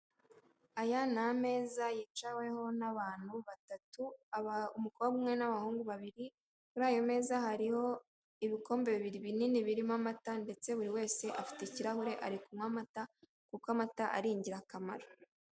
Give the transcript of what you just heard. Aya ni ameza yicaweho n'abantu batatu, umukobwa umwe n'abahungu babiri, kuri ayo meza hariho ibikombe bibiri binini birimo amata ndetse buri wese afite ikirahure ari kunywa amata kuko amata ari ingirakamaro.